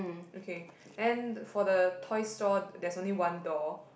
okay and for the toy store there's only one door